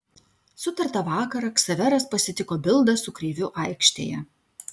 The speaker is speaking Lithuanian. sutartą vakarą ksaveras pasitiko bildą su kreiviu aikštėje